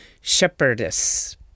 shepherdess